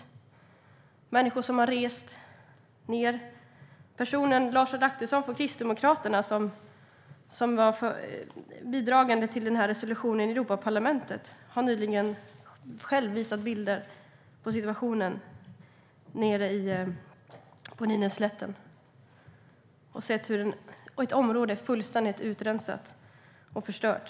Det är människor som har rest ned. Lars Adaktusson från Kristdemokraterna, som var bidragande till den här resolutionen i Europaparlamentet, har nyligen själv visat bilder på situationen nere på Nineveslätten och sett ett område fullständigt utrensat och förstört.